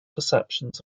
perceptions